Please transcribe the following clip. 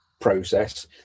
process